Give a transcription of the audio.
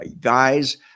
guys